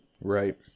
Right